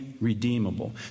redeemable